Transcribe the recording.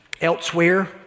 elsewhere